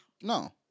no